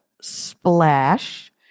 Splash